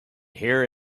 here